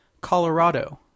Colorado